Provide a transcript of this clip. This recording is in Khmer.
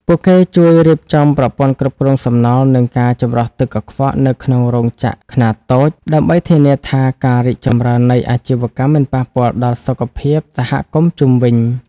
ពួកគេជួយរៀបចំប្រព័ន្ធគ្រប់គ្រងសំណល់ និងការចម្រោះទឹកកខ្វក់នៅក្នុងរោងចក្រខ្នាតតូច ដើម្បីធានាថាការរីកចម្រើននៃអាជីវកម្មមិនប៉ះពាល់ដល់សុខភាពសហគមន៍ជុំវិញ។